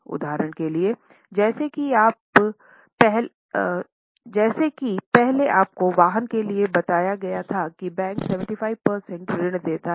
उदाहरण के लिए जैसा कि पहले आपको वाहन के लिए बताया था कि बैंक 75 प्रतिशत ऋण देता है